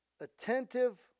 attentive